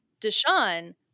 Deshaun